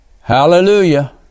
Hallelujah